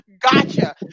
Gotcha